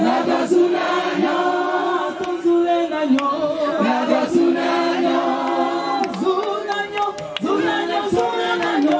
no no no no no no no